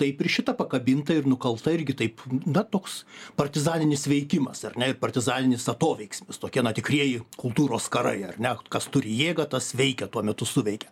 taip ir šita pakabinta ir nukalta irgi taip na toks partizaninis veikimas ar ne ir partizaninis atoveiksmis tokie na tikrieji kultūros karai ar ne kas turi jėgą tas veikia tuo metu suveikia